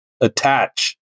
attach